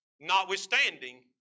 Notwithstanding